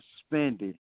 suspended